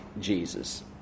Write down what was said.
Jesus